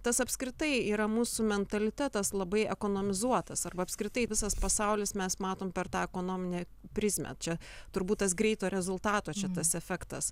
tas apskritai yra mūsų mentalitetas labai ekonomizuotas arba apskritai visas pasaulis mes matom per tą ekonominę prizmę čia turbūt tas greito rezultato čia tas efektas